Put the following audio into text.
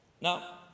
now